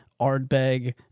Ardbeg